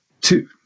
two